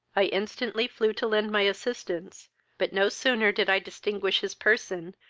i instantly flew to lend my assistance but no sooner did i distinguish his person,